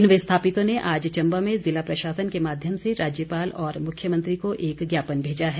इन विस्थापितों ने आज चम्बा में जिला प्रशासन के माध्यम से राज्यपाल और मुख्यमंत्री को एक ज्ञापन भेजा है